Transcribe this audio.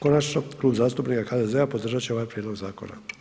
Konačno, Klub zastupnika HDZ-a podržat će ovaj prijedlog zakona.